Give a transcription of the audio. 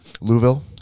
Louisville